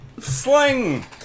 Sling